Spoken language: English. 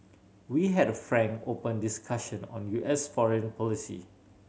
we had a frank open discussion on U S foreign policy